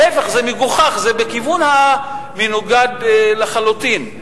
להיפך, זה מגוחך, זה בכיוון המנוגד לחלוטין.